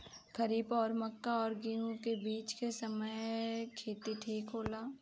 खरीफ और मक्का और गेंहू के बीच के समय खेती ठीक होला?